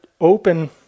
open